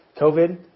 COVID